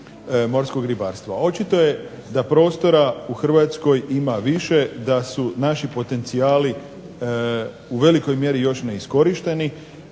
morskog ribarstva. Očito je da prostora u Hrvatskoj ima više, da su naši potencijali u velikoj mjeri još neiskorišteni,